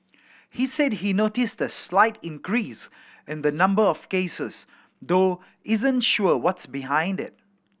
he said he noticed a slight increase in the number of cases though isn't sure what's behind it